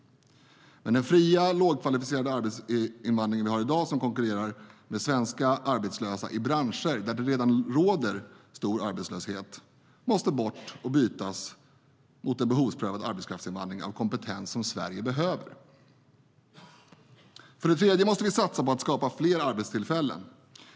Men den fria lågkvalificerade arbetskraftsinvandring som vi har i dag och som konkurrerar med svenska arbetslösa i branscher där det redan råder stor arbetslöshet måste bort och bytas mot en behovsprövad arbetskraftsinvandring av kompetens som Sverige behöver. För det tredje måste vi satsa på att skapa fler arbetstillfällen.